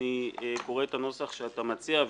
אני קורא את הנוסח שאתה מציע,